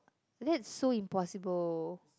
that's so impossible